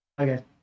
Okay